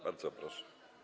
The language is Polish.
Bardzo proszę.